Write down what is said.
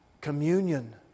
communion